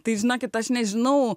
tai žinokit aš nežinau